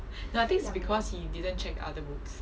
no I think is because he didn't check the other books